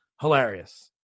hilarious